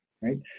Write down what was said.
right